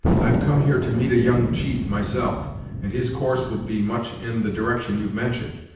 i've come here to meet a young chief myself and his course would be much in the direction you've mentioned.